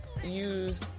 Use